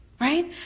Right